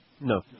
no